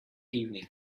evening